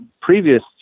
previous